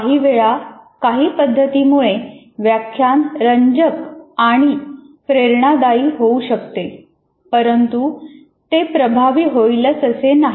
काहीवेळा काही पद्धतीमुळे व्याख्यान रंजक आणि प्रेरणादायी होऊ शकते परंतु ते प्रभावी होईलच असे नाही